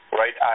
right